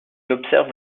observe